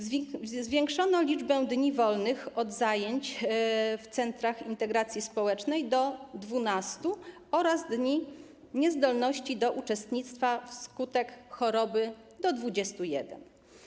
Zwiększono liczbę dni wolnych od zajęć w centrach integracji społecznej do 12 oraz dni niezdolności do uczestnictwa wskutek choroby do 21.